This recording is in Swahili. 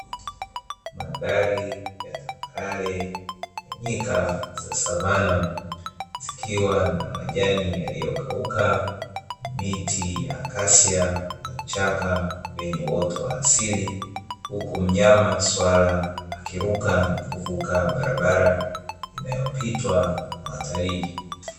Mandhari ya tambarare, nyika za savana, zikiwa na majani yaliokauka, miti ya kasia na vichaka vyenye uoto wa asili. Huku mnyama swala akiruka na kuvuka barabara inayopitwa na watalii.